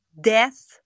death